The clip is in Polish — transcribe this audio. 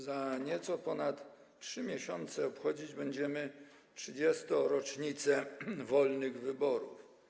Za nieco ponad 3 miesiące obchodzić będziemy 30. rocznicę wolnych wyborów.